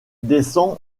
descend